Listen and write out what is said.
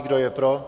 Kdo je pro?